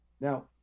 Now